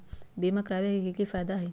बीमा करबाबे के कि कि फायदा हई?